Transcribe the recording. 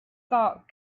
thought